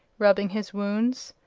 rubbing his wounds.